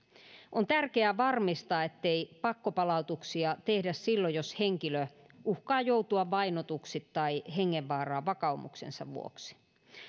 on tärkeää varmistaa ettei pakkopalautuksia tehdä silloin jos henkilö uhkaa joutua vainotuksi tai hengenvaaraan vakaumuksensa vuoksi